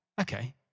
Okay